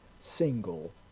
single